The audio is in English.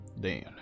Dan